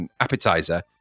appetizer